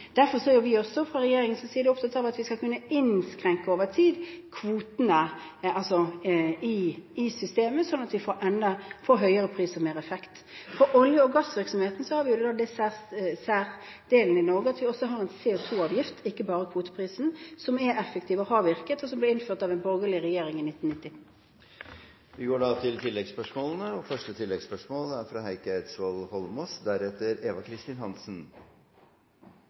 vi også fra regjeringens side opptatt av at vi over tid skal kunne innskrenke kvotene, altså i systemet, slik at vi får høyere pris og mer effekt. For olje- og gassvirksomheten har vi det særtrekket i Norge at vi også har en CO2-avgift, ikke bare kvoteprisen, som er effektiv og har virket, og som ble innført av en borgerlig regjering i 1990. Det blir oppfølgingsspørsmål – først Heikki Eidsvoll Holmås. La meg få begynne med å spørre: Hvis det er